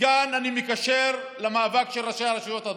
כאן אני מקשר למאבק של ראשי הרשויות הדרוזיות.